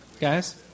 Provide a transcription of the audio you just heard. Guys